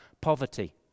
poverty